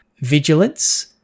vigilance